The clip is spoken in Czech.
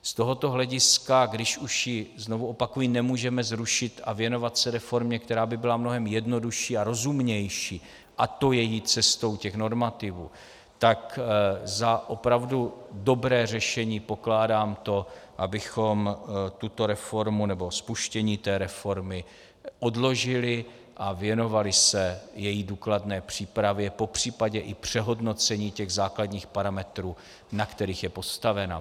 Z tohoto hlediska, když už ji znovu opakuji nemůžeme zrušit a věnovat se reformě, která by byla mnohem jednodušší a rozumnější, a to je jít cestou těch normativů, tak za opravdu dobré řešení pokládám to, abychom spuštění reformy odložili a věnovali se její důkladné přípravě, popř. i přehodnocení těch základních parametrů, na kterých je postavena.